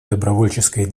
добровольческой